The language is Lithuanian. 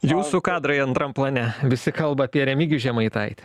jūsų kadrai antram plane visi kalba apie remigijų žemaitaitį